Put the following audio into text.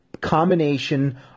combination